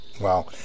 Wow